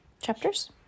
chapters